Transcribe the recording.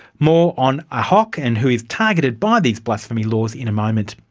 more on ahok and who is targeted by these blasphemy laws in a moment.